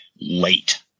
late